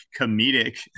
comedic